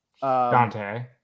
Dante